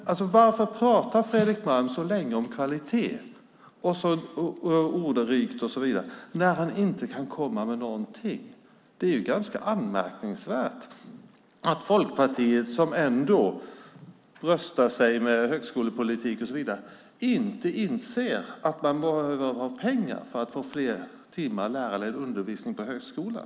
Varför talar Fredrik Malm så länge och så ordrikt om kvalitet när han inte kan komma med någonting? Det är ganska anmärkningsvärt att Folkpartiet som ändå bröstar sig med högskolepolitik och så vidare inte inser att man behöver ha pengar för att få fler timmar lärarledd undervisning på högskolan.